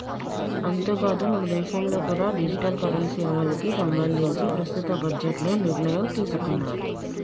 అంతేకాదు మనదేశంలో కూడా డిజిటల్ కరెన్సీ అమలుకి సంబంధించి ప్రస్తుత బడ్జెట్లో నిర్ణయం తీసుకున్నారు